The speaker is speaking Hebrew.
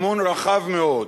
אמון רחב מאוד.